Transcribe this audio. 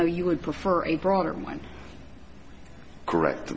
though you would prefer a broader one correct